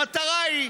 המטרה היא,